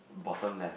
bottom left